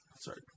sorry